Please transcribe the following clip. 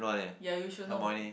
ya you should know her name